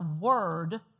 word